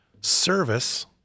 Service